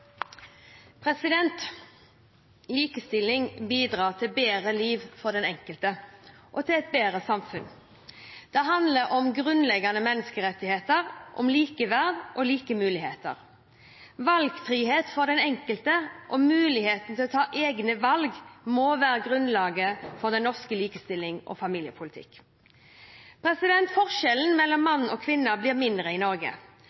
Likestilling bidrar til bedre liv for den enkelte og til et bedre samfunn. Det handler om grunnleggende menneskerettigheter, om likeverd og like muligheter. Valgfrihet for den enkelte og muligheten for å ta egne valg må være grunnlaget for norsk likestillings- og familiepolitikk. Forskjellene mellom menn og kvinner blir mindre i Norge.